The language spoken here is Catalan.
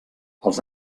els